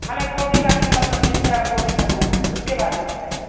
हमें गोभी का मतलब जिस तरह गोभी करना है उसके बारे में बताइए